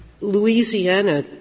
Louisiana